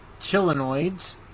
chilenoids